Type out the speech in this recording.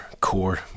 core